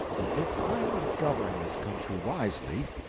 that if i would govern this country wisely,